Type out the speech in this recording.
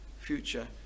future